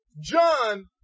John